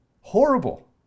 horrible